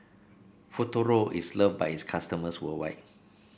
Futuro is loved by its customers worldwide